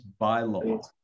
bylaw